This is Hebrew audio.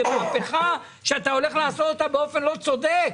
זאת מהפכה שאתה הולך לעשות אותה באופן לא צודק.